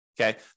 Okay